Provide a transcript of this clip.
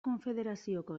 konfederazioko